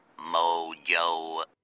Mojo